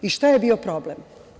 I šta je bio problem?